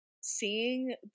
seeing